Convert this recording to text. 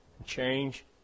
change